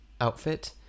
outfit